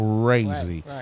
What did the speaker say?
crazy